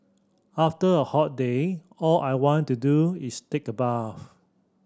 after a hot day all I want to do is take a bath